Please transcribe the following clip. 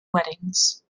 weddings